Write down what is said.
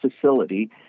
facility